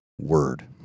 word